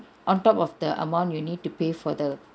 on top of the amount you need to pay for the